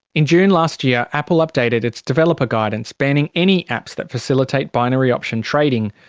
in june last year, apple updated its developer guidance, banning any apps that facilitate binary option trading.